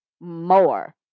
more